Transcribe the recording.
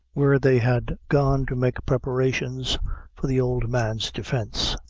where they had gone to make preparations for the old man's defence.